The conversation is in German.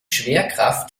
schwerkraft